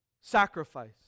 sacrifice